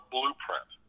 Blueprint